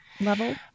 level